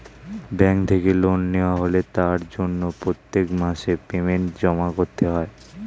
bank থেকে loan নেওয়া হলে তার জন্য প্রত্যেক মাসে পেমেন্ট জমা করতে হয়